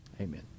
Amen